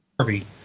Harvey